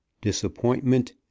disappointment